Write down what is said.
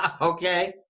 Okay